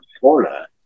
Florida